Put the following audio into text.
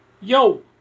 Yo